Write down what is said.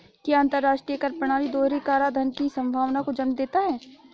क्या अंतर्राष्ट्रीय कर प्रणाली दोहरे कराधान की संभावना को जन्म देता है?